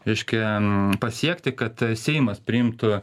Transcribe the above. reiškia n pasiekti kad seimas priimtų